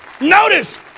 notice